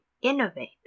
innovate